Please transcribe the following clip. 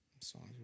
Songs